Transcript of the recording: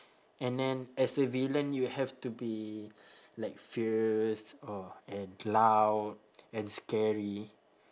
and then as a villain you have to be like fierce or and loud and scary